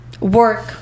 work